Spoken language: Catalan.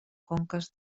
conques